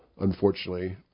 Unfortunately